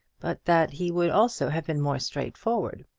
but that he would also have been more straightforward.